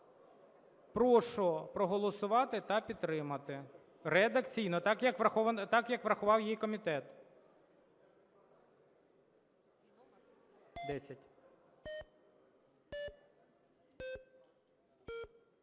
Прошу проголосувати та підтримати. Редакційно, так, як врахував її комітет.